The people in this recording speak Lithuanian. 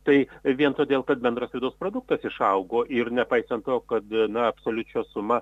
tai vien todėl kad bendras vidaus produktas išaugo ir nepaisant to kad na absoliučios suma